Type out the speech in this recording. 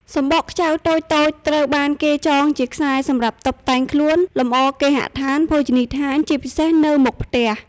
សំបកខ្ចៅតូចៗត្រូវបានគេចងជាខ្សែសម្រាប់តុបតែងខ្លួន លម្អគេហដ្ឋាន ភោជនិយដ្ឋាន ជាពិសេសនៅមុខផ្ទះ។